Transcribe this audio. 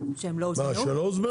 שהם לא הוזמנו?